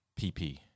PP